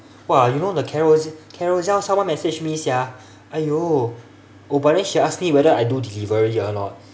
!wah! you know the carous~ carousell someone messaged me sia !aiyo! oh but then she ask me whether I do delivery or not